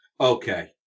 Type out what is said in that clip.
Okay